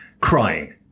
crying